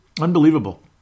unbelievable